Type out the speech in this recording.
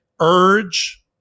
urge